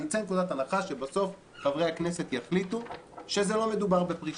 נצא מנקודת הנחה שבסוף חברי הכנסת יחליטו שלא מדובר בפרישה,